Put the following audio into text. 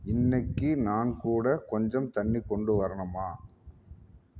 இன்றைக்கி நான் கூட கொஞ்சம் தண்ணி கொண்டு வரணுமா